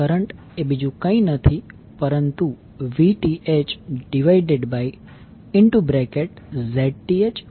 current એ બીજું કઈ નથી પરંતુ Vth Zth ZL છે